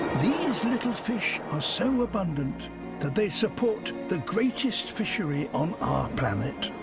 these little fish are so abundant that they support the greatest fishery on our planet.